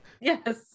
Yes